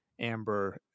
amber